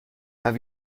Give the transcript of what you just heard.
have